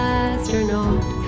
astronaut